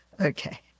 Okay